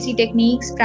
techniques